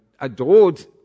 adored